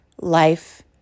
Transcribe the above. life